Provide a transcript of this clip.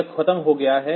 यह खत्म हो गया है